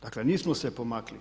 Dakle, nismo se pomakli.